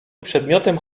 przedmiotem